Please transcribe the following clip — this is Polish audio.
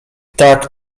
tak